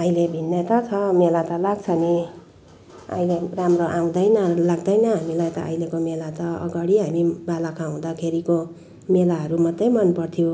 अहिले भिन्नता छ मेला त लाग्छ नि अहिले राम्रो आउँदैन लाग्दैन हामीलाई त अहिलेको मेला त अगाडि हामी बालखा हुँदाखेरिको मेलाहरू मात्रै मनपर्थ्यो